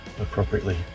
appropriately